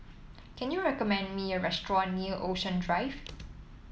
can you recommend me a restaurant near Ocean Drive